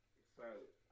excited